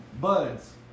buds